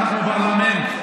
אנחנו בפרלמנט.